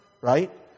right